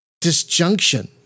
Disjunction